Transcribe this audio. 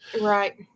Right